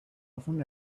often